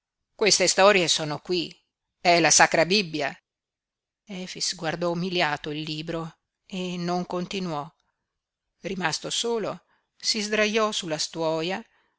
queste storie sono qui è la sacra bibbia efix guardò umiliato il libro e non continuò rimasto solo si sdraiò sulla stuoia